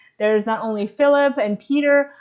there's not only philip and peter,